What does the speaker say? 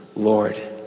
Lord